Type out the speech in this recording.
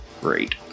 Great